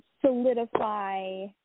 solidify